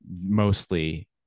mostly